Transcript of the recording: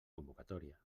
convocatòria